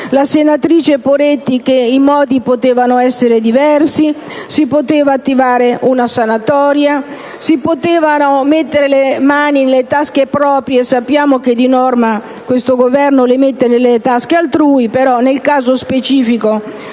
la senatrice Poretti diceva che i modi potevano essere diversi: si poteva attivare una sanatoria, si potevano mettere le mani nelle tasche proprie (sappiamo che di norma questo Governo le mette nelle tasche altrui, ma nel caso specifico